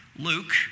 luke